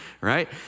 right